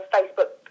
Facebook